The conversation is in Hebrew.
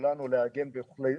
ככלל אנחנו מדברים על תחלואה קלה,